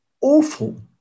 awful